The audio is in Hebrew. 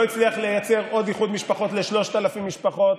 הצליח לייצר עוד איחוד משפחות ל-3,000 משפחות.